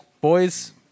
boys